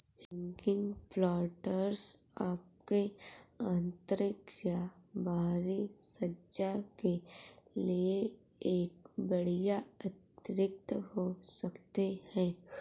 hanging planters आपके आंतरिक या बाहरी सज्जा के लिए एक बढ़िया अतिरिक्त हो सकते है